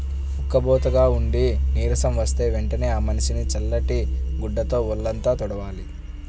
ఉక్కబోతగా ఉండి నీరసం వస్తే వెంటనే ఆ మనిషిని చల్లటి గుడ్డతో వొళ్ళంతా తుడవాలి